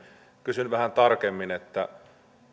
kysyn vähän tarkemmin